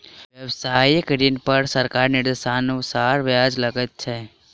व्यवसायिक ऋण पर सरकारक निर्देशानुसार ब्याज लगैत छै